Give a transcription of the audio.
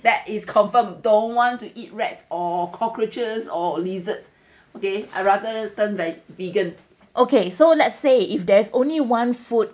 so let's say if there's only one food